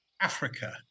africa